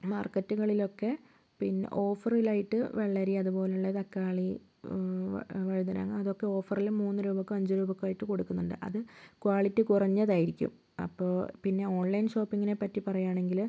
മാർക്കറ്റുകളിലൊക്കെ പിന്നെ ഓഫറിലായിട്ട് വെള്ളരി അതുപോലെയുള്ള തക്കാളി വഴുതന അതൊക്കെ ഓഫറിൽ മൂന്നു രൂപക്കും അഞ്ചു രൂപക്കുമായിട്ട് കൊടുക്കുന്നുണ്ട് അത് ക്വാളിറ്റി കുറഞ്ഞതായിരിക്കും അപ്പോൾ പിന്നെ ഓൺലൈൻ ഷോപ്പിങ്ങിനെ പറ്റി പറയുകയാണെങ്കിൽ